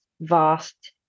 vast